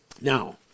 Now